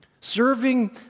serving